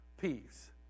peace